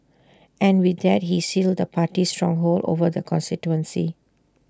and with that he sealed the party's stronghold over the constituency